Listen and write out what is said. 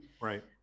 Right